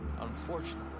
unfortunately